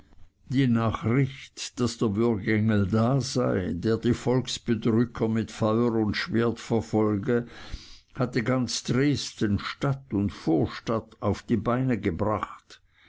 die nachricht daß der würgengel da sei der die volksbedrücker mit feuer und schwert verfolge hatte ganz dresden stadt und vorstadt auf die beine gebracht